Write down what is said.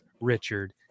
Richard